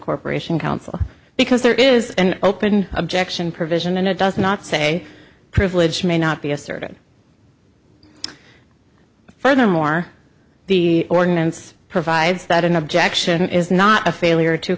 corporation council because there is an open objection provision and it does not say privilege may not be asserted furthermore the ordinance provides that an objection is not a failure to